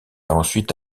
ensuite